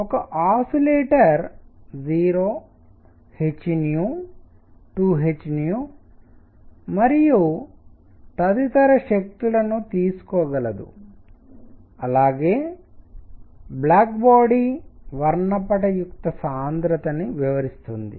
ఒక oscillator 0 h 2 h మరియు తదితర శక్తులను తీసుకోగలదు అలాగే బ్లాక్ బాడీ వర్ణపటయుక్త సాంద్రతని వివరిస్తుంది